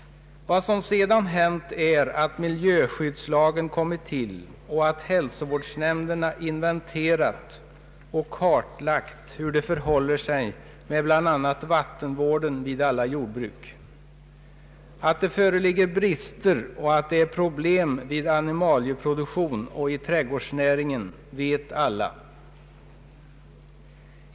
Vad som sedan hänt är att miljöskyddslagen kommit till och att hälsovårdsnämnderna inventerat och kartlagt hur det förhåller sig med bl.a. vattenvården vid alla jordbruk. Alla vet att det föreligger brister och att det finns problem vid animalieproduktionen och i trädgårdsnäringen.